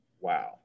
wow